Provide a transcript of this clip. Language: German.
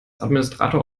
administrator